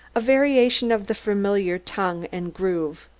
a variation of the familiar tongue and groove.